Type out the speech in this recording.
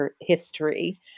history